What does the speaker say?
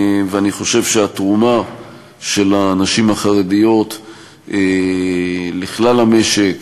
אני חושב שהתרומה של הנשים החרדיות לכלל המשק